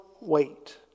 wait